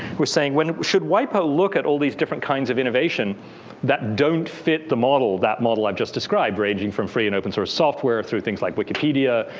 we're saying, should wipo look at all these different kinds of innovation that don't fit the model. that model i've just described, ranging from free and open-source software, through things like wikipedia,